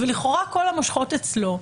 ולכאורה כל המושכות אצלו,